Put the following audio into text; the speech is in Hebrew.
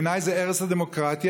בעיניי זה הרס הדמוקרטיה,